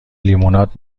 لیموناد